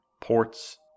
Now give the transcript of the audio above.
ports